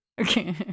Okay